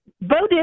voted